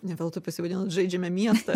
ne veltui pasivadinot žaidžiame miestą